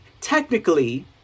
technically